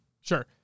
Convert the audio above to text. Sure